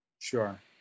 Sure